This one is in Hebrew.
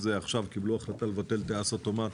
עכשיו קיבלו החלטה לבטל טייס אוטומטי,